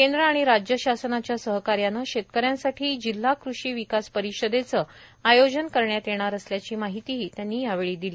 केंद्र आणि राज्य शासनाच्या सहकार्याने शेतकऱ्यांसाठी जिल्हा कृषी विकास परिषदेचे आयोजन करण्यात येणार असल्याची माहितीही त्यांनी यावेळी दिली